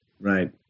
Right